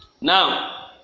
now